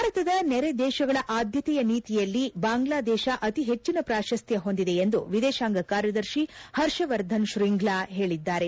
ಭಾರತದ ನೆರೆ ದೇಶಗಳ ಆದ್ವತೆಯ ನೀತಿಯಲ್ಲಿ ಬಾಂಗ್ಲಾದೇಶ ಅತಿ ಹೆಚ್ಚಿನ ಪ್ರಾಶಸ್ತ್ವ ಹೊಂದಿದೆ ಎಂದು ವಿದೇಶಾಂಗ ಕಾರ್ಯದರ್ಶಿ ಹರ್ಷವರ್ಧನ್ ಶ್ರೀಂಘ್ಲಾ ಹೇಳಿದ್ದಾರೆ